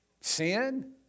Sin